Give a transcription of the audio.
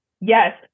yes